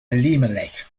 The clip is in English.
elimelech